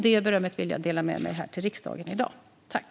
Det berömmet vill jag dela med mig av till riksdagen här i dag.